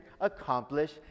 accomplish